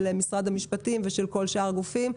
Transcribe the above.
של משרד המשפטים ושל כל שאר הגופים.